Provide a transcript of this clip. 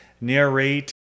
narrate